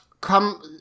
come